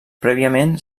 prèviament